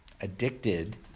addicted